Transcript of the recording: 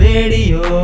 Radio